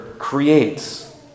creates